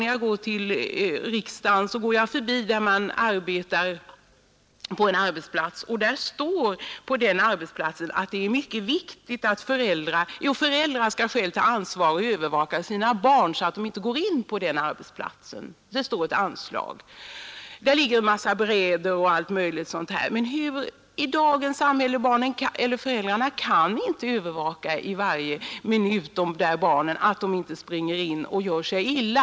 När jag går till riksdagen passerar jag varje dag en arbetsplats, där det står att föräldrarna själva måste ta ansvaret och övervaka, att deras barn inte går in på arbetsplatsen. Där ligger det en massa bräder och allt möjligt farligt skräp. I dagens samhälle kan föräldrarna inte alltid övervaka att barnen inte springer in på arbetsplatser och gör sig illa.